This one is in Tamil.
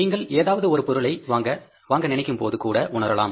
நீங்கள் ஏதாவது ஒரு பொருளை வாங்க நினைக்கும் போது கூட உணரலாம்